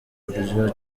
kurya